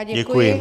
Děkuji.